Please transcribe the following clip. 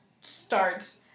starts